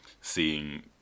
seeing